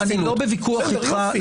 אני לחלוטין לא בוויכוח איתך.